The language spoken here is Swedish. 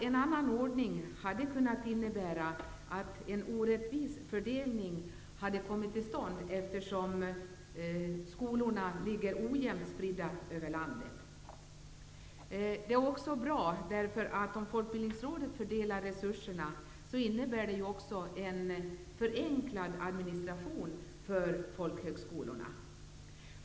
En annan ordning hade kunnat innebära att en orättvis fördelning kommit till stånd, eftersom skolorna är ojämnt spridda över landet. Om Folkbildningsrådet fördelar resurserna innebär det en förenklad administration för folkhögskolorna, vilket också är bra.